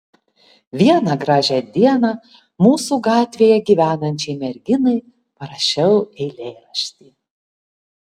vieną gražią dieną mūsų gatvėje gyvenančiai merginai parašiau eilėraštį